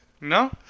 No